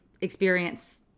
experience